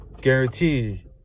guarantee